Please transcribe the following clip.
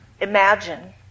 imagine